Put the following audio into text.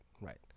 right